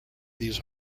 these